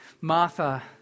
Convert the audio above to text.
Martha